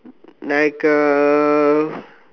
like a